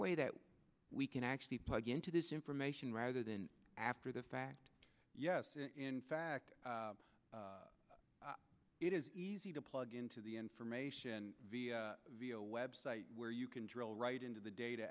way that we can actually plug into this information rather than after the fact yes in fact it is easy to plug into the information via a website where you can drill right into the data